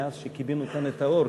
זה מאז שכיבינו כאן את האור,